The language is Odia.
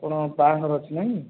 ଆପଣ ବାହାଘର ଅଛି ନାଇଁ